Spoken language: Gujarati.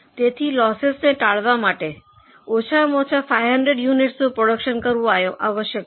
તેથી લોસસને ટાળવા માટે ઓછામાં ઓછા 500 યુનિટસનું પ્રોડ્યૂકશન કરવું આવશ્યક છે